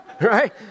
right